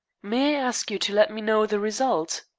may i ask you to let me know the result?